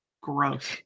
Gross